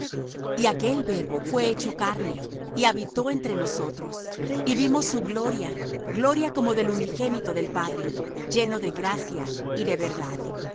y aquel verbo fué hecho carne y habitó entre nosotros y vimos su gloria gloria como del unigénito del padre lleno de gracia y de verdad